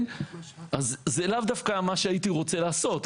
זה לאו דווקא מה שהייתי רוצה לעשות.